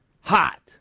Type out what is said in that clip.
hot